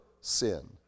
sin